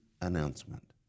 announcement